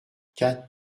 quatre